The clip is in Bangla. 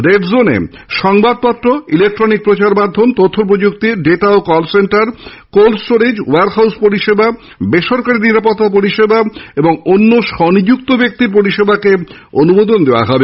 রেড জোনে সংবাদপত্র ইলেকট্রনিক প্রচারমাধ্যম তথ্য প্রযুক্তি ডাটা ও call centre cold storage warehouse পরিষেবা বেসরকারী নিরাপত্তা পরিষেবা এবং অন্য স্বনিযুক্ত ব্যক্তির পরিষেবাকে অনুমতি দেওয়া হবে